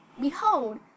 behold